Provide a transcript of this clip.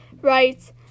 right